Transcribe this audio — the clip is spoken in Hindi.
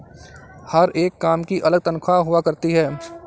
हर एक काम की अलग तन्ख्वाह हुआ करती है